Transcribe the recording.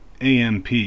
amp